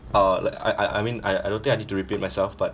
uh like I I mean I I don't think I need to repeat myself but